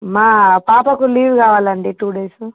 మా పాపకు లీవ్ కావాలండి టూ డేస్